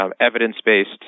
evidence-based